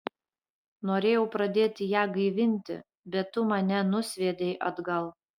norėjau pradėti ją gaivinti bet tu mane nusviedei atgal